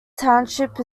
township